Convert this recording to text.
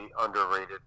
underrated